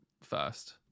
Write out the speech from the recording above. first